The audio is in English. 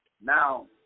Now